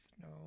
No